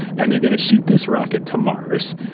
and they're going to shoot this rocket to mars.